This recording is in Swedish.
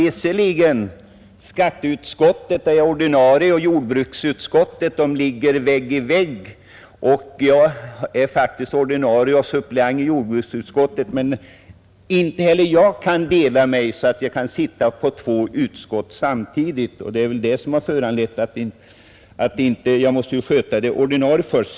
Visserligen ligger skatteutskottet, i vilket jag är ordinarie ledamot, vägg i vägg med jordbruksutskottet, i vilket jag är suppleant, men inte heller jag kan dela mig och sitta i två utskott samtidigt. Jag måste sköta mitt ordinarie ledamotskap först och främst.